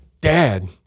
Dad